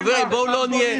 ל-2019